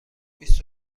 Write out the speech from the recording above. بیست